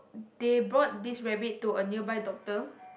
they brought this rabbit to a nearby doctor